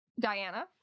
Diana